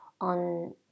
on